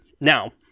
now